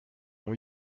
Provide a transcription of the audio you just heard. ont